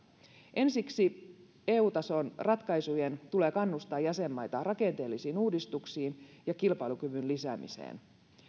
ensiksi eu tason ratkaisujen tulee kannustaa jäsenmaita rakenteellisiin uudistuksiin ja kilpailukyvyn lisäämiseen